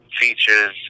features